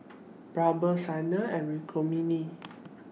Birbal Sanal and Rukmini